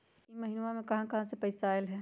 इह महिनमा मे कहा कहा से पैसा आईल ह?